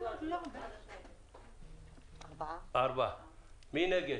הצבעה בעד, 4 נגד,